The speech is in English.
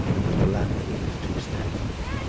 it was the landlord and his two step-sons,